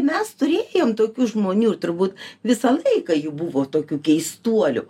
mes turėjom tokių žmonių turbūt visą laiką jų buvo tokių keistuolių